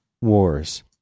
Wars